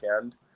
end